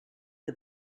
the